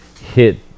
hit